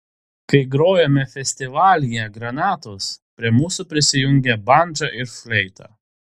kai grojome festivalyje granatos prie mūsų prisijungė bandža ir fleita